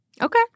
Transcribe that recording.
Okay